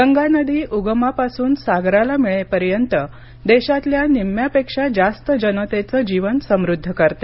गंगा नदी उगमापासून सागराला मिळेपर्यंत देशातल्या निम्म्यापेक्षा जास्त जनतेचं जीवन समृद्ध करते